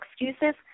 excuses